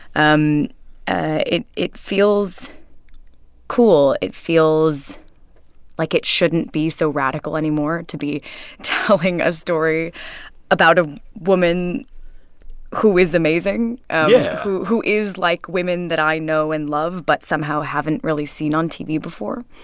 um ah it it feels cool. it feels like it shouldn't be so radical anymore to be telling a story about a woman who is amazing yeah who who is like women that i know and love but somehow haven't really seen on tv before